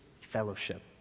fellowship